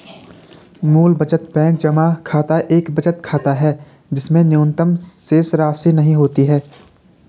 मूल बचत बैंक जमा खाता एक बचत खाता है जिसमें न्यूनतम शेषराशि नहीं होती है